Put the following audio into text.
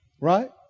right